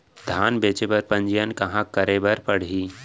धान बेचे बर पंजीयन कहाँ करे बर पड़ही?